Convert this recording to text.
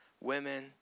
women